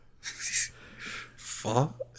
Fuck